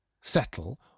settle